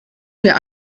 mir